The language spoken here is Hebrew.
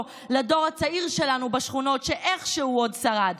לדור הצעיר שלנו בשכונות שאיכשהו עוד שרד.